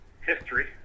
history